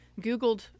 Googled